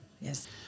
Yes